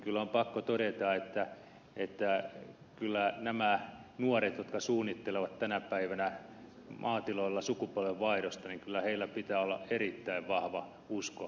kyllä on pakko todeta että näillä nuorilla jotka suunnittelevat tänä päivänä maatiloilla sukupolvenvaihdosta pitää olla erittäin vahva usko tulevaisuuteen